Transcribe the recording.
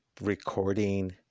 recording